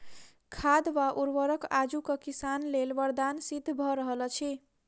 खाद वा उर्वरक आजुक किसान लेल वरदान सिद्ध भ रहल अछि